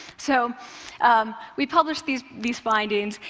so we published these these findings,